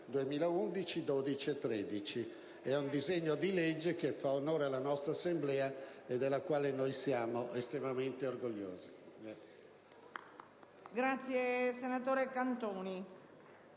2011, 2012 e 2013. È un disegno di legge che fa onore alla nostra Assemblea, e del quale siamo estremamente orgogliosi.